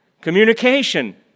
Communication